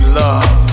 love